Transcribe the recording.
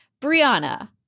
brianna